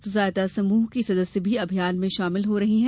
स्वसहायता समूह की सदस्य भी अभियान में शामिल हो रही हैं